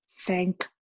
thank